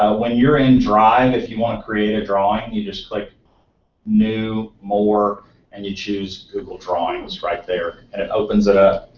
ah when you're in drive, if you want to create a drawing, you just click like new more and you choose google drawings right there and it opens it up.